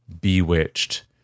Bewitched